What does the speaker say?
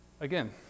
again